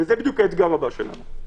וזה בדיוק האתגר הבא שלנו.